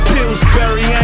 Pillsbury